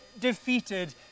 defeated